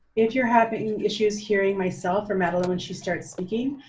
if you're having issues hearing myself or madeleine when she starts speaking,